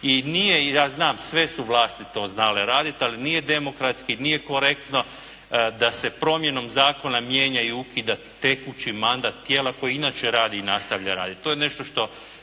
i nije, ja znam sve su vlasti to znale raditi, ali nije demokratski, nije korektno da se promjenom zakona mijenja i ukida tekući mandat tijela koje inače radi i nastavlja raditi. To je nešto što